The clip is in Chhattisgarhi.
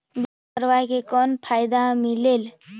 बीमा करवाय के कौन फाइदा मिलेल?